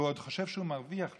והוא עוד חושב שהוא מרוויח מזה.